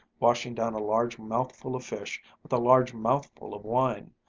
washing down a large mouthful of fish with a large mouthful of wine.